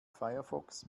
firefox